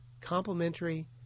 complementary